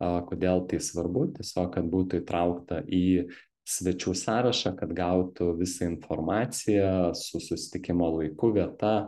a kodėl tai svarbu tiesiog kad būtų įtraukta į svečių sąrašą kad gautų visą informaciją su susitikimo laiku vieta